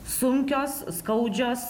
sunkios skaudžios